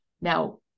Now